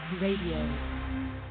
Radio